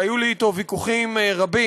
שהיו לי אתו ויכוחים רבים